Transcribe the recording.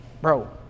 bro